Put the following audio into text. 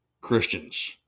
Christians